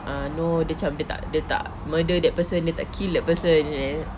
ah no dia macam dia tak dia tak murder that person dia tak kill that person is it